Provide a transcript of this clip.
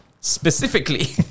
Specifically